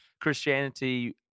Christianity